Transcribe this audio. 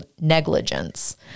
negligence